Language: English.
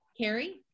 Carrie